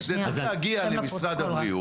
אוקי, אז זה צריך להגיע למשרד הבריאות.